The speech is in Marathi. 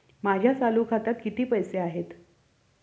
माझ्या चालू खात्यात किती पैसे आहेत?